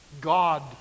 God